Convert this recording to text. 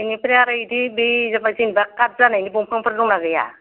बिनिफ्राय आरो बिदि बे जेनबा काट जानायनि दंफांफोर दंना गैया